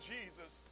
Jesus